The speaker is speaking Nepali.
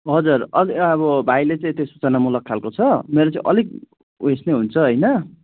हजुर अब भाइले चाहिँ त्यो सूचनामूलक खालको छ मेरो चाहिँ अलिक उयो नै हुन्छ होइन